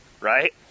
right